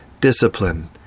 discipline